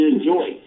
enjoy